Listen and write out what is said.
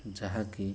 ଯାହାକି